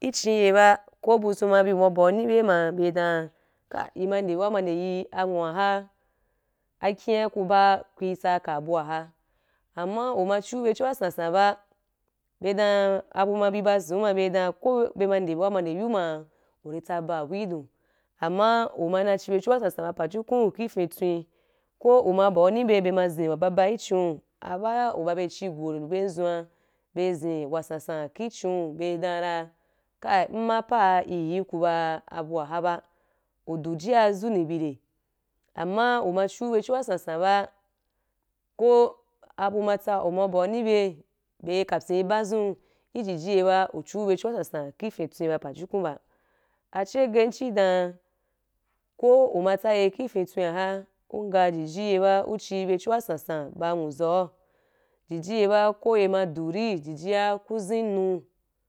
icin ye ba ku buzun ma bi, uma ba’uni ibe ma, be san “kai” ima nde baa ma nde yi anwu’a akin ku ba, kúl tsakɛ bu’a ha. Ama uma chiu be chu wasansan ba be dan abu ma bi ba zin’u ma be dan ku be ma nde bǔa ma nde yu ma, uri tsaba bui don, amma umɛ na cin bedu wasansan ba pajukun ifintwen, ko uma ba’uni ibe, be ma zin wa baba kichiu aba, uba be chi go’ be’n zun’a be zin wasansan ki chiu, be danra kai, inna pa’a iye ku ba bu wahaba, udu jiya zu ni bire? Amma uma chi’u bechu wasansan ba, ko abu matsɛ ums ba’uni ibe, be kapti ba ziu, ijiji ye ba, u chu be chu wasansan ki fintwen ba. Che’ge chi dan ko uma tsaye ki fintwen ha, ungha juyeba uchi bechu wasansan ba nwuza, jiji ye ba ku ye ma du ri, jijiya ku zin nu.